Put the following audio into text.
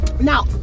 now